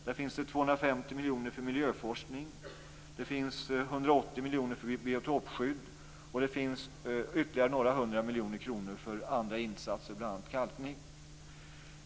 Där finns 250 miljoner för miljöforskning, 180 miljoner för biotopskydd och ytterligare några hundra miljoner kronor för andra insatser, bl.a.